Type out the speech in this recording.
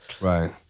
Right